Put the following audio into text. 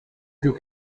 più